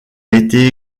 été